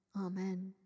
Amen